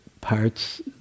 parts